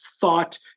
thought